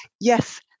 yes